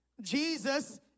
Jesus